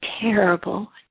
terrible